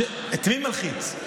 זה מלחיץ.